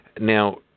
Now